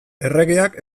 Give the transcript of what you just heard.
erregeak